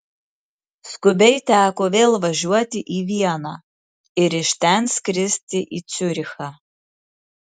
skubiai teko vėl važiuoti į vieną ir iš ten skristi į ciurichą